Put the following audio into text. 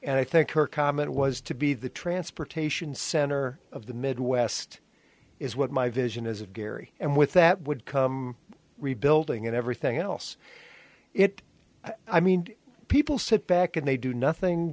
and i think her comment was to be the transportation center of the midwest is what my vision is of gary and with that would come rebuilding and everything else it i mean people sit back and they do nothing